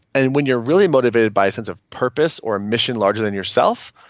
and when you're really motivated by a sense of purpose or a mission larger than yourself,